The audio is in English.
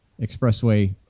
expressway